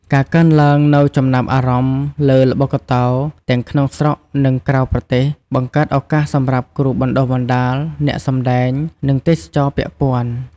ការកើនឡើងនូវចំណាប់អារម្មណ៍លើល្បុក្កតោ ទាំងក្នុងស្រុក និងក្រៅប្រទេស បង្កើតឱកាសសម្រាប់គ្រូបណ្តុះបណ្តាល អ្នកសម្តែង និងទេសចរណ៍ពាក់ព័ន្ធ។